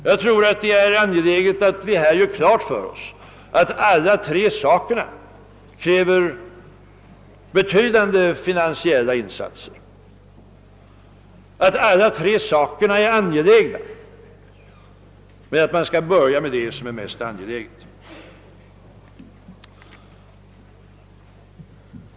Jag tror att det är angeläget att vi här gör klart för oss att alla tre sakerna kräver betydande finansiella insatser, att alla tre sakerna är angelägna men att man skall börja med det som är mest angeläget.